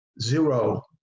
zero